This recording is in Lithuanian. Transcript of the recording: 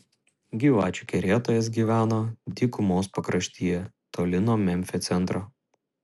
gyvačių kerėtojas gyveno dykumos pakraštyje toli nuo memfio centro